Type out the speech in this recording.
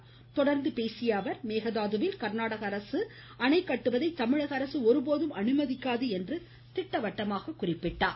மேலும் காவிரி தொடர்பாக பேசிய அவர் மேகதாதுவில் கர்நாடக அரசு அணை கட்டுவதை தமிழக அரசு ஒருபோதும் அனுமதிக்காது என்று திட்டவட்டமாக கூறினார்